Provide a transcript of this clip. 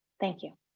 thank you.